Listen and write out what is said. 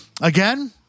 Again